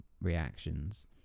reactions